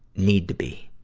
need to be.